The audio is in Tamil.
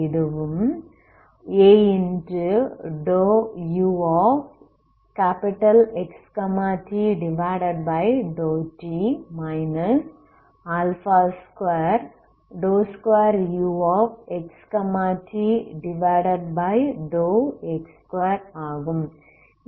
இதுவும்a∂uXT∂T 22uXTX2 ஆகும்